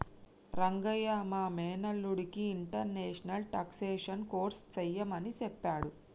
రంగయ్య మా మేనల్లుడికి international taxation course సెయ్యమని సెప్పాడు